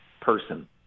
person